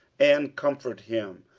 and comfort him,